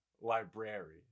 Library